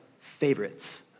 favorites